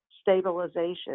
stabilization